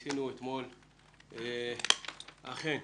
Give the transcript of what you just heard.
אכן,